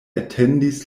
etendis